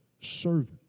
servant